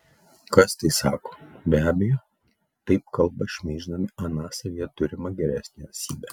kas tai sako be abejo taip kalba šmeiždami aną savyje turimą geresniąją esybę